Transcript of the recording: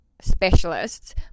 specialists